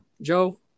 Joe